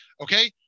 Okay